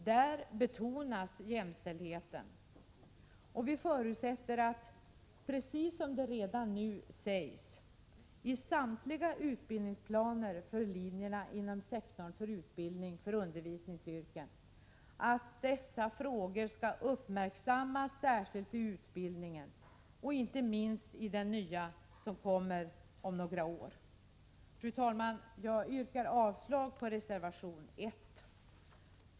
Där betonas jämställdheten, och vi förutsätter att dessa frågor, precis som det redan nu sägs, i samtliga utbildningsplaner för linjerna inom sektorn för utbildning för undervisningsyrken skall uppmärksammas särskilt i utbildningen, inte minst i den nya som kommer om några år. Fru talman! Jag yrkar avslag på reservation 1.